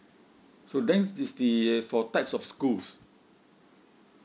so then this the for types of schools